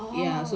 orh